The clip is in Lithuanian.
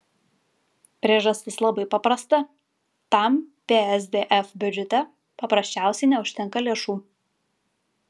priežastis labai paprasta tam psdf biudžete paprasčiausiai neužtenka lėšų